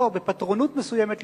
בפטרונות מסוימת,